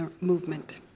movement